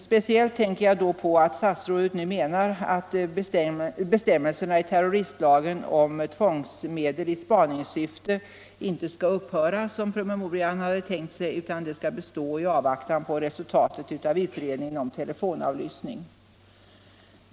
Speciellt tänker jag då på att statsrådet nu menar att bestämmelserna i terroristlagen om tvångsmedel i spaningssyfte inte skall upphöra, som man hade avsett i promemorian, utan de skall bestå i avvaktan på resultatet av utredningen om telefonavlyssning.